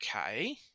Okay